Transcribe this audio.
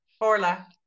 Orla